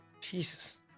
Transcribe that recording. Jesus